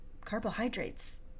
Carbohydrates